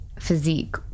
physique